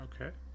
Okay